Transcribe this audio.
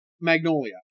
Magnolia